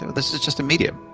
this is just a medium,